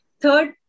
third